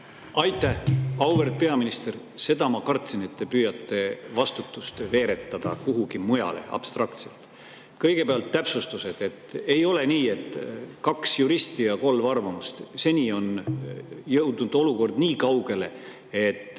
Aitäh! Auväärt peaminister! Seda ma kartsingi, et te püüate vastutust abstraktselt kuhugi mujale veeretada. Kõigepealt täpsustused. Ei ole nii, et on kaks juristi ja kolm arvamust. Seni on jõudnud olukord nii kaugele, et